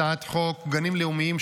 הצעת חוק גנים לאומיים,